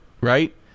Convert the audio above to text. right